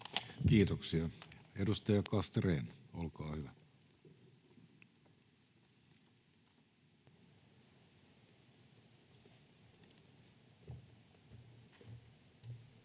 Kiitoksia. — Edustaja Castrén, olkaa hyvä.